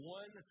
one